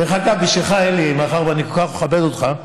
דרך אגב, בשבילך, אלי, מאחר שאני כל כך מכבד אותך,